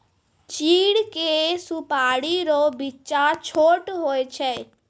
चीड़ के सुपाड़ी रो बिच्चा छोट हुवै छै